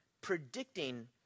predicting